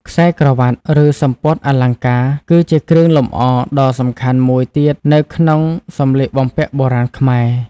ខ្សែក្រវាត់ ឬសំពត់អលង្ការ គឺជាគ្រឿងលម្អដ៏សំខាន់មួយទៀតនៅក្នុងសម្លៀកបំពាក់បុរាណខ្មែរ។